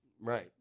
Right